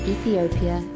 Ethiopia